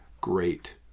great